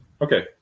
Okay